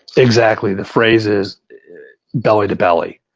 exactly. the phrase is belly-to-belly.